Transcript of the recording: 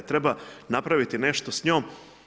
Treba napraviti nešto s njom.